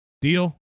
Deal